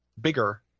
bigger